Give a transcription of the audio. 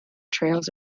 trails